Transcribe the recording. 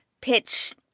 pitch